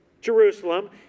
Jerusalem